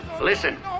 Listen